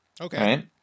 Okay